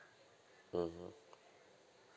mmhmm